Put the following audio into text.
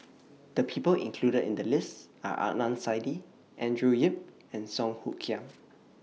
The People included in The list Are Adnan Saidi Andrew Yip and Song Hoot Kiam